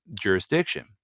jurisdiction